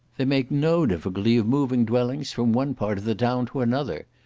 they make no difficulty of moving dwellings from one part of the town to another.